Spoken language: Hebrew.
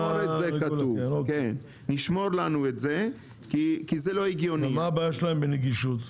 מה הבעיה שלהם בנגישות?